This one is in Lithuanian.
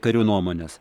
karių nuomones